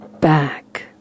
back